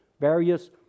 various